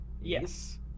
Yes